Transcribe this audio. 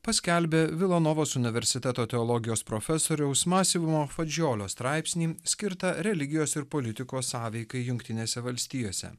paskelbė vilanovos universiteto teologijos profesoriaus masimo fadžiolio straipsnį skirtą religijos ir politikos sąveikai jungtinėse valstijose